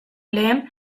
lehen